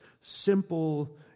simple